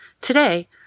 Today